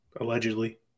allegedly